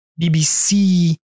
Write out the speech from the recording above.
BBC